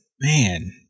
man